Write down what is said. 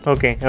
Okay